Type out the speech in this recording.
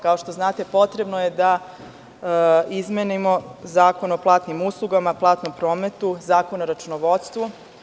Kao što znate, potrebno je da izmenimo Zakon o platnim uslugama, platnom prometu, Zakon o računovodstvu.